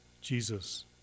Jesus